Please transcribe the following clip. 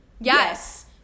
Yes